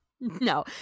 no